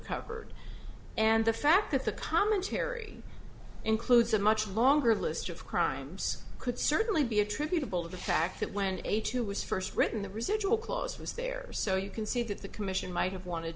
covered and the fact that the commentary includes a much longer list of crimes could certainly be attributable to the fact that when eighty two was first written the residual clause was there so you can see that the commission might have wanted